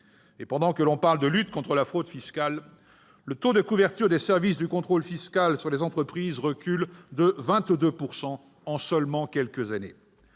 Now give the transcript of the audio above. Pendant que l'on parle de lutte contre la fraude fiscale, le taux de couverture des services du contrôle fiscal sur les entreprises a reculé de 22 % en quelques années